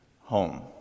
home